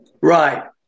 Right